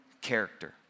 character